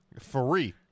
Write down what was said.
Free